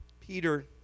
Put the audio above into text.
Peter